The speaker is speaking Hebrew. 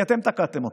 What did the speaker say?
כי אתם תקעתם אותו,